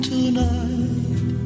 Tonight